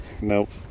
nope